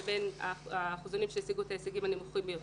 לבין האחוזונים שהשיגו את ההישגים הנמוכים ביותר.